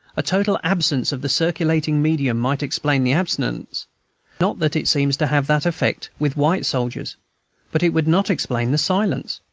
a total absence of the circulating medium might explain the abstinence not that it seems to have that effect with white soldiers but it would not explain the silence.